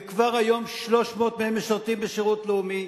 וכבר היום 300 מהם משרתים בשירות לאומי.